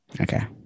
okay